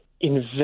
invest